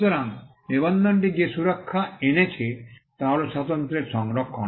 সুতরাং নিবন্ধনটি যে সুরক্ষা এনেছে তা হল স্বাতন্ত্র্যের সংরক্ষণ